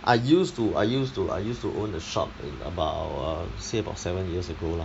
I used to I used to I used to own a shop in about um let's say about seven years ago lah